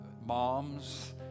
moms